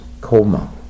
coma